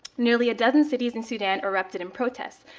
nearly a dozen cities in sudan erupted in protests.